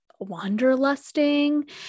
wanderlusting